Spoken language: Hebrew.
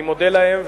אני מודה להם,